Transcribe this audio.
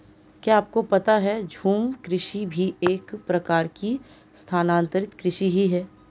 क्या आपको पता है झूम कृषि भी एक प्रकार की स्थानान्तरी कृषि ही है?